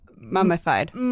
Mummified